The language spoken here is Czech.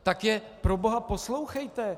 Tak je proboha poslouchejte.